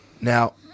Now